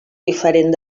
diferent